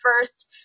first